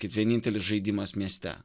kaip vienintelis žaidimas mieste